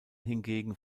hingegen